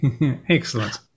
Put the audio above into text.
Excellent